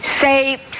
say